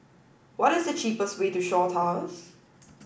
what is the cheapest way to Shaw Towers